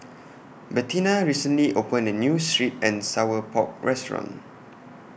Bettina recently opened A New Sweet and Sour Pork Restaurant